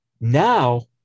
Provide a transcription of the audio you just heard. Now